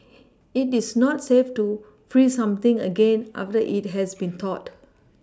it is not safe to freeze something again after it has been thawed